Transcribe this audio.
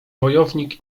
wojownik